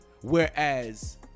whereas